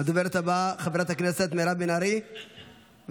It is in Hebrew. הדוברת הבאה, חברת הכנסת מירב בן ארי, בבקשה.